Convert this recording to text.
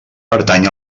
pertany